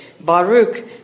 Baruch